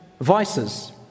vices